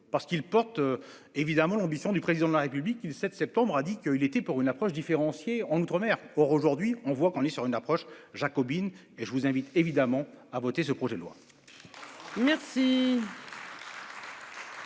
parce qu'il porte. Évidemment, l'ambition du président de la République qui, le 7 septembre a dit qu'il était pour une approche différenciée en outre-mer, or aujourd'hui on voit qu'on est sur une approche jacobine et je vous invite évidemment à voter ce projet de loi.